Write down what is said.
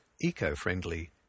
eco-friendly